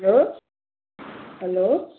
hello hello